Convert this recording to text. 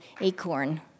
acorn